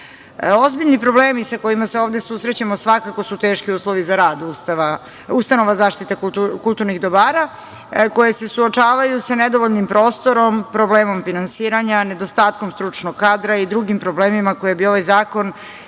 problemi sa kojima se ovde susrećemo svakako su teški uslovi za rad ustanova zaštite kulturnih dobara, koje se suočavaju sa nedovoljnim prostorom, problemom finansiranja, nedostatkom stručnog kadra i drugim problemima koje bi ovaj zakon trebalo